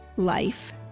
Life